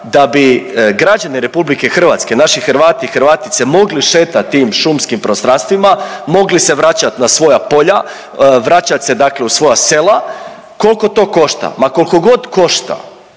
da bi građani RH, naši Hrvati i Hrvatice mogli šetati tim šumskim prostranstvima, mogli se vraćati na svoja polja, vraćati se dakle u svoja sela, koliko to košta. Ma koliko god košta,